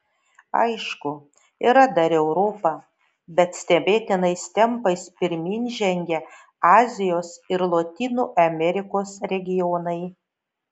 aišku yra dar europa bet stebėtinais tempais pirmyn žengia azijos ir lotynų amerikos regionai